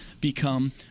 become